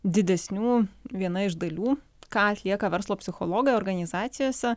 didesnių viena iš dalių ką atlieka verslo psichologai organizacijose